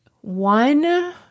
one